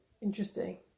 interesting